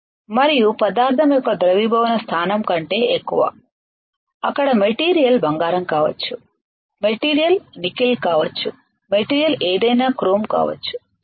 మరియు పదార్థం యొక్క ద్రవీభవన స్థానం కంటే ఎక్కువ అక్కడ మెటీరియల్ బంగారం కావచ్చు మెటీరియల్ నికెల్ కావచ్చు మెటీరియల్ ఏదైనా క్రోమ్ కావచ్చు సరే